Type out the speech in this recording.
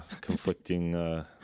conflicting